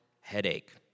headache